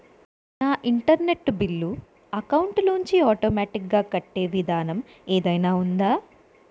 నా internet bill account లోంచి automatic గా కట్టే విధానం ఏదైనా ఉందా?